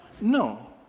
No